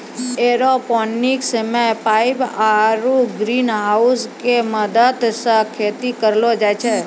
aeroponics मे pipe आरु ग्रीनहाउसो के मदत से खेती करलो जाय छै